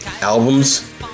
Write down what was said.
albums